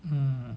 um